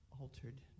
altered